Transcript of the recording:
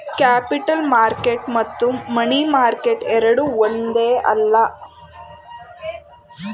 capital market ಮತ್ತು money market ಎರಡೂ ಒಂದೇ ಅಲ್ಲ